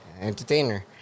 entertainer